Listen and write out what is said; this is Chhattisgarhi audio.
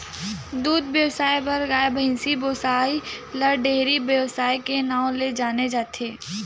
दूद बेवसाय बर गाय, भइसी पोसइ ल डेयरी बेवसाय के नांव ले जाने जाथे